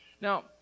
Now